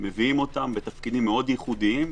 מביאים אותם בתפקידים מאוד ייחודיים,